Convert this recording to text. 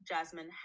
Jasmine